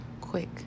quick